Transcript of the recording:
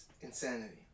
insanity